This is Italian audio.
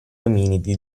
ominidi